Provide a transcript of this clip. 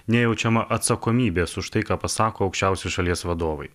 nejaučiama atsakomybės už tai ką pasako aukščiausi šalies vadovai